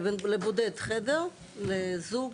לבודד חדר, לזוג